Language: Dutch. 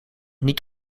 niet